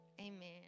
amen